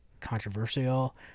controversial